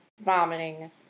vomiting